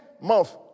month